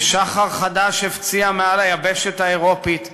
ושחר חדש הפציע מעל היבשת האירופית המצולקת,